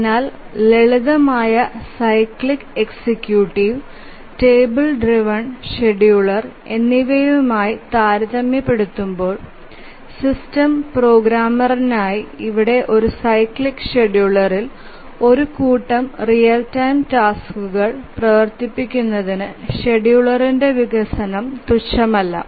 അതിനാൽ ലളിതമായ cyclic executive table driven scheduler എന്നിവയുമായി താരതമ്യപ്പെടുത്തുമ്പോൾ ശ്രമിക്കുന്ന സിസ്റ്റം പ്രോഗ്രാമറിനായി ഇവിടെ ഒരു സൈക്ലിക് ഷെഡ്യൂളറിൽ ഒരു കൂട്ടം റിയൽ ടൈം ടാസ്ക്കുകൾ പ്രവർത്തിപ്പിക്കുന്നതിന് ഷെഡ്യൂളിന്റെ വികസനം തുച്ഛമല്ല